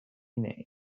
names